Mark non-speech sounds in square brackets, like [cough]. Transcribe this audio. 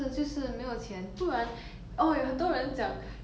is only pretty 因为她有钱 [noise]